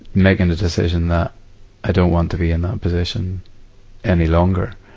making a decision that i don't want to be in that position any longer.